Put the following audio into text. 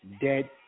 Dead